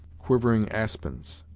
quivering aspens,